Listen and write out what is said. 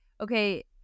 okay